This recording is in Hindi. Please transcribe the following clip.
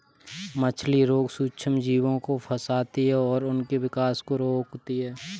मछली रोग सूक्ष्मजीवों को फंसाती है और उनके विकास को रोकती है